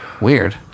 Weird